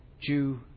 Jew